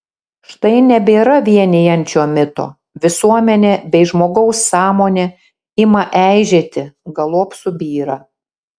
štai nebėra vienijančio mito visuomenė bei žmogaus sąmonė ima eižėti galop subyra